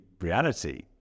reality